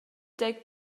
deg